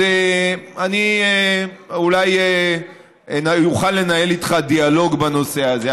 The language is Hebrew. אז אני אולי אוכל לנהל איתך דיאלוג בנושא הזה.